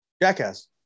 Jackass